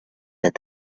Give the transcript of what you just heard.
that